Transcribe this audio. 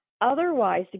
Otherwise